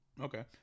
Okay